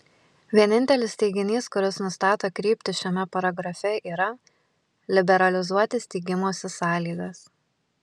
vienintelis teiginys kuris nustato kryptį šiame paragrafe yra liberalizuoti steigimosi sąlygas